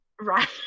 Right